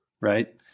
Right